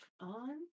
on